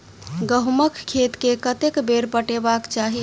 गहुंमक खेत केँ कतेक बेर पटेबाक चाहि?